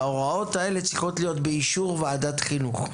שצריכות להיות באישור ועדת חינוך.